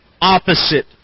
opposite